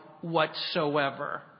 whatsoever